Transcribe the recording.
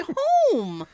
home